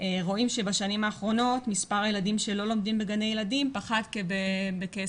רואים שבשנים האחרונות מספר הילדים שלא לומדים בגני ילדים פחת בכ-20%,